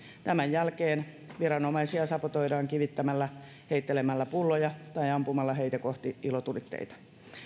tämän jälkeen viranomaisia sabotoidaan kivittämällä heittelemällä pulloja tai ampumalla heitä kohti ilotulitteita